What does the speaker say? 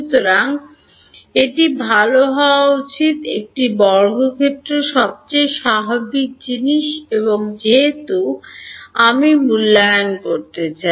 সুতরাং এটি ভাল হওয়া উচিত একটি বর্গক্ষেত্র সবচেয়ে স্বাভাবিক জিনিস এবং যেহেতু আমি মূল্যায়ন করতে চাই